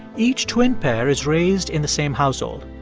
each twin pair is raised in the same household.